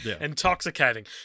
Intoxicating